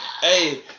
Hey